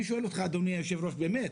אני שואל אותך, אדוני היושב-ראש, באמת,